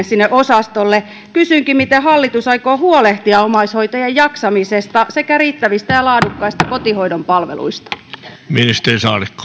sinne osastolle tullut omainen kysynkin miten hallitus aikoo huolehtia omaishoitajien jaksamisesta sekä riittävistä ja laadukkaista kotihoidon palveluista